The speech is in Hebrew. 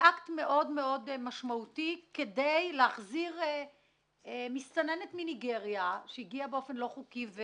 באקט מאוד משמעותי כדי להחזיר מסתננת מניגריה שהגיעה באופן לא חוקי.